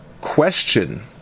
question